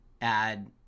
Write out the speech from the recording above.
add